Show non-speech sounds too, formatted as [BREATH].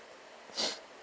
[BREATH]